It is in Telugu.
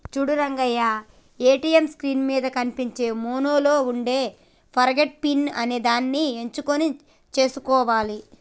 చూడు రంగయ్య ఏటీఎం స్క్రీన్ మీద కనిపించే మెనూలో ఉండే ఫర్గాట్ పిన్ అనేదాన్ని ఎంచుకొని సేసుకోవాలి